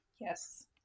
Yes